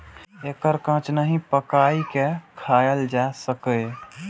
एकरा कांच नहि, पकाइये के खायल जा सकैए